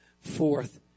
forth